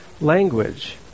language